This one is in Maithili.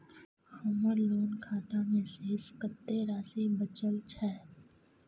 हमर लोन खाता मे शेस कत्ते राशि बचल छै?